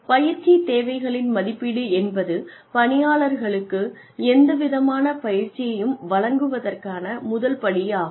பயிற்சி தேவைகளின் மதிப்பீடு என்பது பணியாளர்களுக்கு எந்தவிதமான பயிற்சியையும் வழங்குவதற்கான முதல் படியாகும்